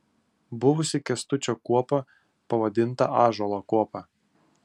buvusi kęstučio kuopa pavadinta ąžuolo kuopa